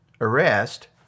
arrest